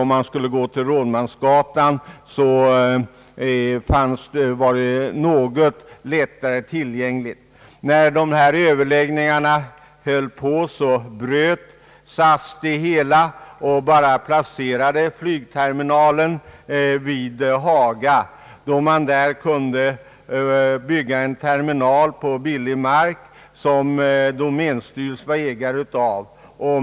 Platsen vid Rådmansgatan var något lättare tillgänglig. När dessa överläggningar pågick bröt SAS det hela och placerade utan vidare flygterminalen vid Haga, eftersom man där kunde bygga på billig mark som domänstyrelsen förvaltade.